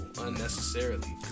unnecessarily